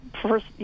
First